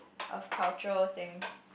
of cultural things